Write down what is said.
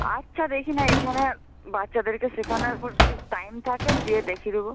আচ্ছা দেখি না এখানে বাচ্চাদেরকে শেখানোর পর যদি টাইম থাকে যেয়ে দেখিয়ে দেব